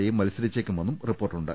എയും മത്സ രിച്ചേക്കുമെന്നും റിപ്പോർട്ടുണ്ട്